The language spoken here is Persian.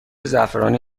زعفرانی